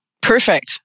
Perfect